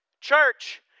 Church